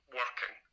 working